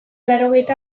laurogeita